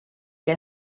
que